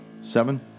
Seven